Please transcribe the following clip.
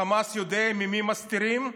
חמאס יודע ממי מסתירים,